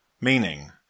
meaning